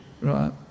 right